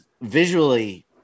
visually